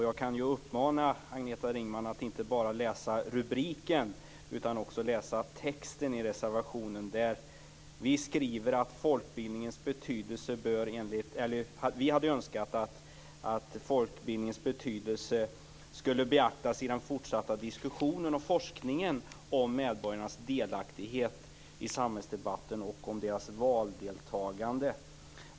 Jag kan uppmana Agneta Ringman att inte bara läsa rubriken utan också texten i reservationen, där vi skriver att vi hade önskat att folkbildningens betydelse skulle ha beaktas i den fortsatta diskussionen och forskningen om medborgarnas delaktighet i samhällsdebatten och om deras valdeltagande.